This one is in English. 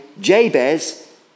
Jabez